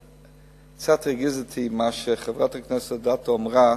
קצת הרגיז אותי מה שחברת הכנסת אדטו אמרה,